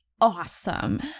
awesome